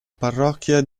parrocchia